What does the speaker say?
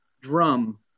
drum